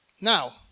Now